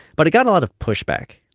but it got a lot of pushback,